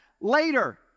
later